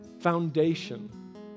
Foundation